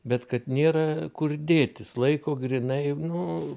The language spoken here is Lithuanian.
bet kad nėra kur dėtis laiko grynai nu